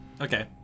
Okay